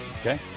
Okay